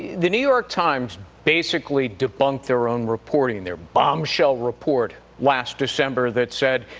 the new york times basically debunked their own reporting, their bombshell report last december that said,